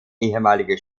ehemalige